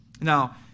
Now